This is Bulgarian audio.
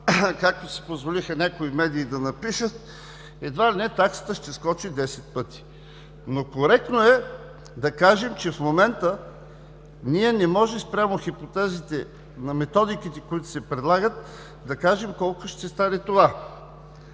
както си позволиха някои медии да напишат, едва ли таксата ще скочи десет пъти. Но коректно е да кажем, че в момента ние не може спрямо хипотезите на методиките, които се предлагат, да кажем колко ще стане това.